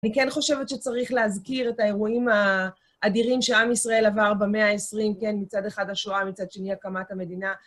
אני כן חושבת שצריך להזכיר את האירועים האדירים שעם ישראל עבר במאה ה-20, כן? מצד אחד השואה, מצד שני הקמת המדינה.